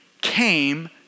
came